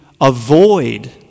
avoid